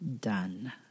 done